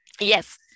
yes